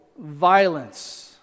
violence